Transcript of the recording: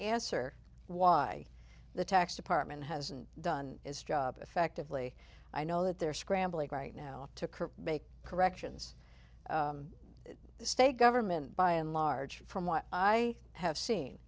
answer why the tax department hasn't done its job effectively i know that they're scrambling right now to curb make corrections the state government by and large from what i have seen